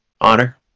Honor